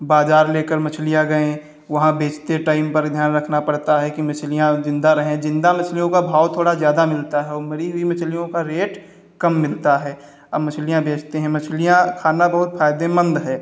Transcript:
बाज़ार लेकर मछलियाँ गएँ वहाँ बेचते टाइम बड़ा ध्यान रखना पड़ता है कि मछलियाँ ज़िंदा रहें ज़िंदा मछलियाें का भाव थोड़ा ज़्यादा मिलता है और मरी हुई मछलियों का रेट कम मिलता है अब मछलियाँ बेचते हैं मछलियाँ खाना बहुत फ़ायदेमंद है